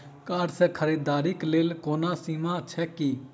Card सँ खरीददारीक कोनो सीमा छैक की?